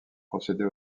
procéder